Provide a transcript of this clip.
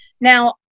Now